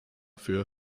für